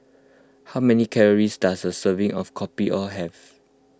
how many calories does a serving of Kopi O have